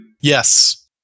Yes